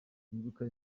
twibuka